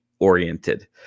oriented